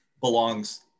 belongs